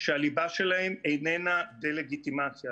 שהליבה שלהם איננה דה-לגיטימציה,